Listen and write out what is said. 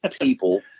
people